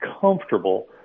comfortable